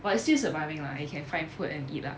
but it's still surviving lah you can find food and eat lah